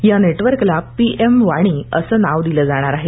या नेटवर्कला पीएम वाणी असं नाव दिलं जाणार आहे